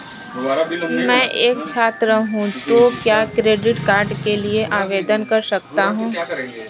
मैं एक छात्र हूँ तो क्या क्रेडिट कार्ड के लिए आवेदन कर सकता हूँ?